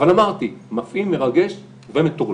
אבל אמרתי, מפעים, מרגש ומטורלל.